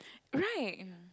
right